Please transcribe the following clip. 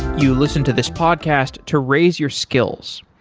you listen to this podcast to raise your skills.